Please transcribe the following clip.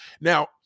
Now